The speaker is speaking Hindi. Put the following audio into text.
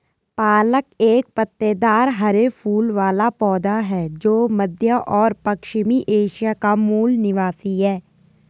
पालक एक पत्तेदार हरे फूल वाला पौधा है जो मध्य और पश्चिमी एशिया का मूल निवासी है